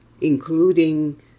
including